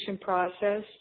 process